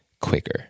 quicker